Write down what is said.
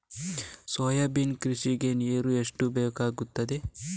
Soybean ಕೃಷಿಗೆ ನೀರು ಎಷ್ಟು ಬೇಕಾಗುತ್ತದೆ?